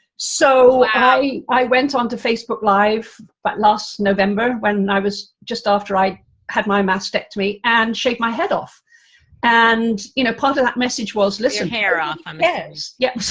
so i i went onto facebook live, but last november, when i was, just after i had my mastectomy and shaved my head off and you know part of that message was listen hair off um yes, yes,